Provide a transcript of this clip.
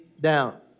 down